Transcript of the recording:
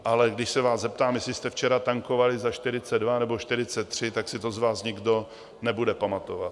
Ale když se vás zeptám, jestli jste včera tankovali za 42 nebo 43, tak si to z vás nikdo nebude pamatovat.